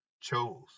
chose